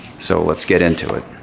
so let's get into it.